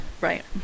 Right